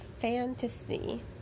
fantasy